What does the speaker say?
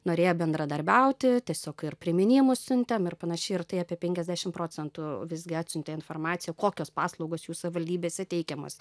norėjo bendradarbiauti tiesiog ir priminimus siuntėm ir panašiai ir tai apie penkiasdešim procentų visgi atsiuntė informaciją kokios paslaugos jų savivaldybėse teikiamos